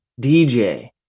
DJ